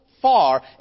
far